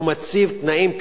הוא מציב תנאים כאלה,